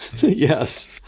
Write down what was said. Yes